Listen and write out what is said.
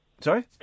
Sorry